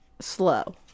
slow